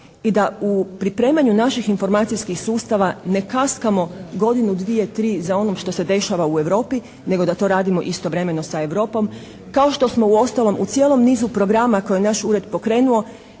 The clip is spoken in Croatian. i da u pripremanju naših informacijskih sustava ne kaskamo godinu, 2, 3 za onim što se dešava u Europi nego da to radimo istovremeno sa Europom. Kao što smo uostalom u cijelom nizu programa koje je naš ured pokrenuo